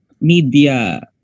media